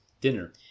Dinner